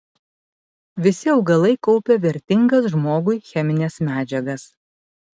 visi augalai kaupia vertingas žmogui chemines medžiagas